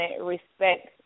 respect